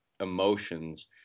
emotions